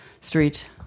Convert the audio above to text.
street